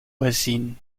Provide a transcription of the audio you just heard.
voisine